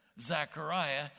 Zachariah